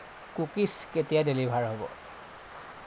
cookies কেতিয়া deliver হ'ব